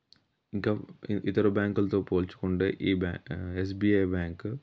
ఇంక ఇ ఇతర బ్యాంకులతో పోల్చుకుంటే ఈ బ్యాంక్ ఎస్బిఐ బ్యాంక్